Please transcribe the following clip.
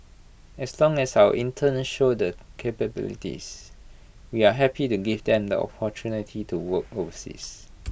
as long as our interns show their capabilities we are happy the give them the opportunity to work overseas